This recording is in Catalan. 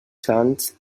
sants